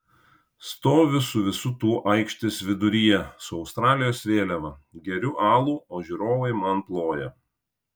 stoviu su visu tuo aikštės viduryje su australijos vėliava geriu alų o žiūrovai man ploja